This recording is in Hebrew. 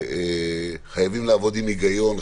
חייבים לעבוד שם היגיון,